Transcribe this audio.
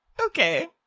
Okay